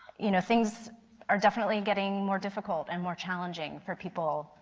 you know, things are definitely getting more difficult and more challenging for people.